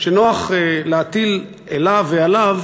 שנוח להטיל אליו ועליו